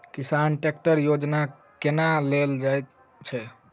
किसान ट्रैकटर योजना केना लेल जाय छै?